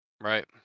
Right